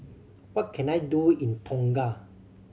what can I do in Tonga